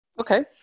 Okay